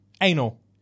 Anal